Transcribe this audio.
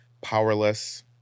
powerless